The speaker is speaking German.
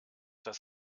das